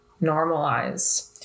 normalized